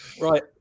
Right